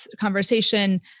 conversation